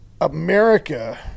America